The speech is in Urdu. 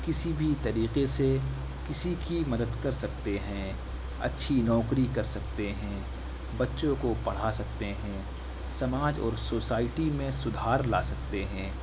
کسی بھی طریقے سے کسی کی مدد کر سکتے ہیں اچھی نوکری کر سکتے ہیں بچوں کو پڑھا سکتے ہیں سماج اور سوسائٹی میں سدھار لا سکتے ہیں